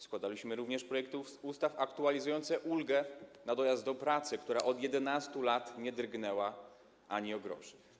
Składaliśmy również projekty ustaw aktualizujące ulgę na dojazd do pracy, która od 11 lat nie drgnęła ani o grosz.